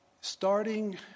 Starting